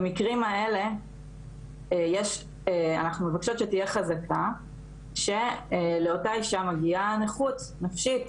במקרים האלה אנחנו מבקשות שתהיה חזקה שלאותה אישה מגיעה נכות נפשית,